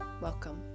Welcome